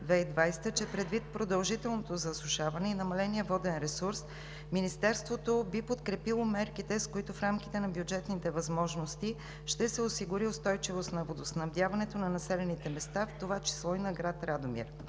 че предвид продължителното засушаване и намаления воден ресурс Министерството би подкрепило мерките, с които в рамките на бюджетните възможности ще се осигури устойчивост на водоснабдяването на населените места, в това число и на град Радомир.